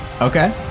Okay